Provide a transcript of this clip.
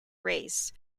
race